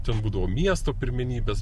ten būdavo miesto pirmenybės